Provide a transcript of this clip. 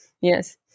Yes